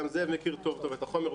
גם זאב מכיר טוב טוב את החומר,